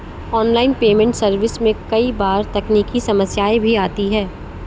online payment service में कई बार तकनीकी समस्याएं भी आती है